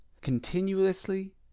Continuously